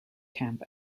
camp